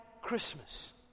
Christmas